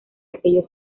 aquellos